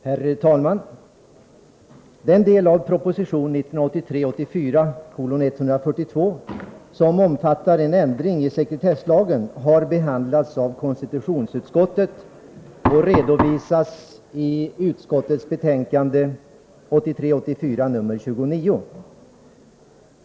Herr talman! Den del av proposition 1983 84:29.